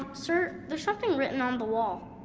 um sir? there's something written on the wall.